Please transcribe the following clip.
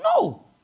No